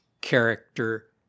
character